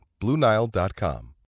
BlueNile.com